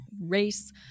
race